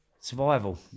survival